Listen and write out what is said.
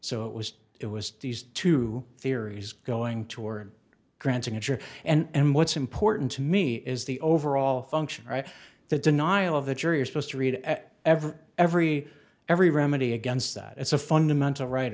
so it was it was these two theories going toward granting a jury and what's important to me is the overall function the denial of the jury are supposed to read at every every every remedy against that it's a fundamental right